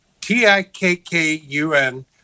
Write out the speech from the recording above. T-I-K-K-U-N